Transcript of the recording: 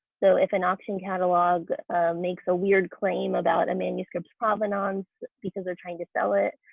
so if an auction catalog makes a weird claim about a manuscript's provenance because they're trying to sell it,